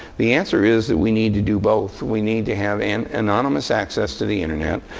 the answer is that we need to do both. we need to have and anonymous access to the internet.